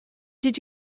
did